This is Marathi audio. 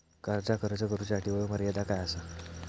कर्जाक अर्ज करुच्यासाठी वयोमर्यादा काय आसा?